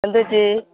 എന്തു പറ്റി